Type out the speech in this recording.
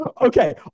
Okay